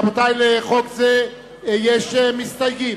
רבותי, לחוק זה יש מסתייגים.